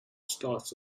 start